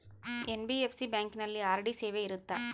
NBFC ಬ್ಯಾಂಕಿನಲ್ಲಿ RD ಸೇವೆ ಇರುತ್ತಾ?